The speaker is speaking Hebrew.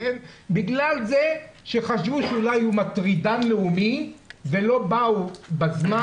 בגלל שחשבו שאולי הוא מטרידן לאומי ולא באו בזמן,